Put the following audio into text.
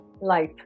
Life